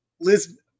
Liz